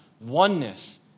oneness